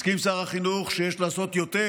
מסכים שר החינוך שיש לעשות יותר